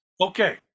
Okay